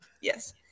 yes